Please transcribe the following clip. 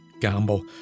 Gamble